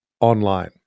online